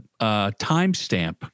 timestamp